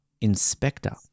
Inspector